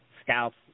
scouts